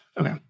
okay